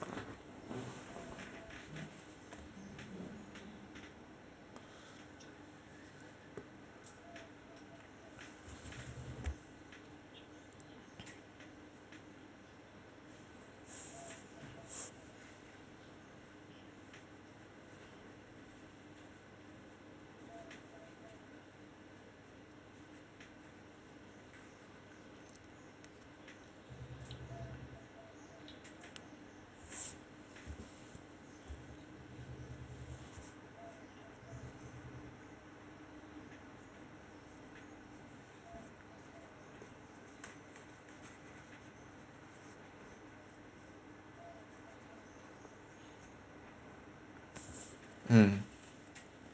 mm